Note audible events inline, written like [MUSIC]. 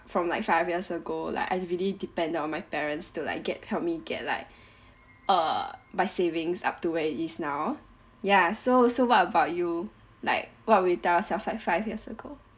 from like five years ago like I really depended on my parents to like get help me get like [BREATH] err by savings up to where it is now ya so so what about you like what would you tell yourself five five years ago